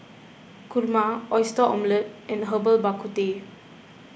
Kurma Oyster Omelette and Herbal Bak Ku Teh